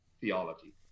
theology